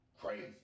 Crazy